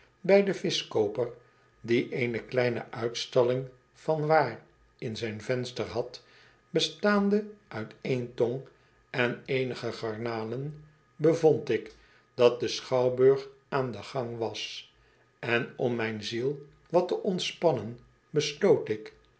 bij den vischkooper die eene kleine uitstalling van waar in zijn venster had bestaande uit één tong en eenige garnalen bevond ik dat de schouwburg aan den gang was en om mijn ziel wat te ontspannen besloot ik